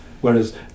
whereas